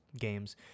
games